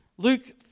Luke